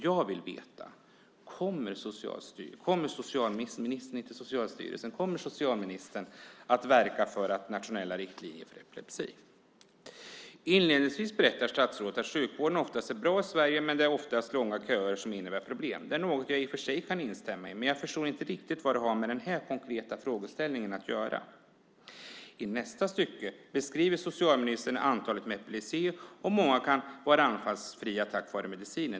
Jag vill veta: Kommer socialministern att verka för nationella riktlinjer för epilepsi? Inledningsvis berättar statsrådet att sjukvården oftast är bra i Sverige men att det oftast är långa köer som innebär problem. Det är något jag i och för sig kan instämma i. Men jag förstår inte riktigt vad det har med den här konkreta frågeställningen att göra. I nästa stycke beskriver socialministern antalet med epilepsi och att många kan vara anfallsfria tack vare medicinen.